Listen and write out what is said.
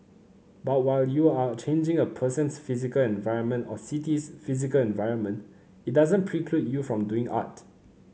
but while you are changing a person's physical environment or city's physical environment it doesn't preclude you from doing art